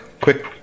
quick